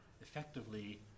effectively